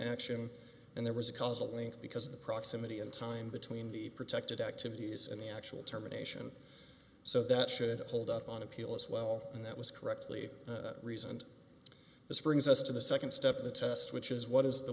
action and there was a causal link because of the proximity in time between the protected activities and the actual terminations so that should hold up on appeal as well and that was correctly reasoned this brings us to the nd step of the test which is what is the